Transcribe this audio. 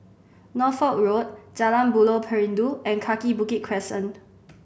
Norfolk Road Jalan Buloh Perindu and Kaki Bukit Crescent